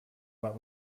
but